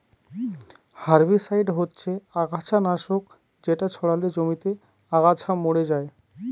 herbicide হচ্ছে আগাছা নাশক যেটা ছড়ালে জমিতে আগাছা মরে যায়